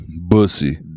bussy